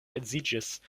edziĝis